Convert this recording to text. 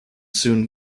soon